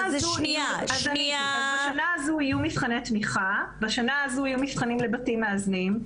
אז בשנה הזו יהיו מבחני תמיכה לבתים מאזנים.